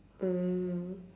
mm